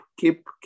keep